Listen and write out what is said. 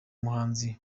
muhanzi